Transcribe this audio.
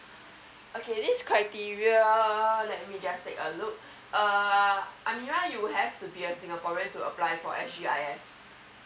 okay this criteria err let me just take a look err amira you have to be a singaporean to apply for s g i s